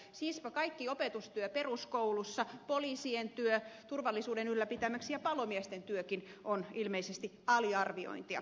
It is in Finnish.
siispä kaikki opetustyö peruskoulussa poliisien työ turvallisuuden ylläpitämiseksi ja palomiesten työkin on ilmeisesti aliarviointia